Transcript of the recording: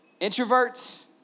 introverts